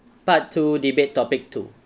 part two debate topic two